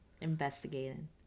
investigating